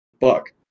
fuck